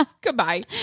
goodbye